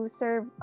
serve